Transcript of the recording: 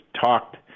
talked